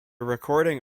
recording